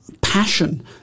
passion